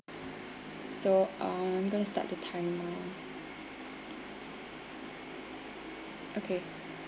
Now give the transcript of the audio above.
so um I'm gonna start the time now okay